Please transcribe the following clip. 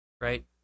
Right